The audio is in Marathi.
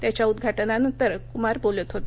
त्याच्या उद्घाटनानंतर कुमार बोलत होते